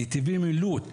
נתיבי מילוט.